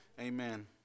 Amen